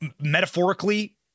metaphorically